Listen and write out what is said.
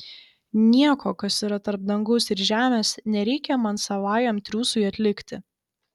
nieko kas yra tarp dangaus ir žemės nereikia man savajam triūsui atlikti